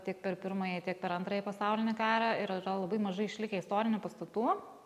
tiek per pirmąjį tiek per antrąjį pasaulinį karą ir yra labai mažai išlikę istorinių pastatų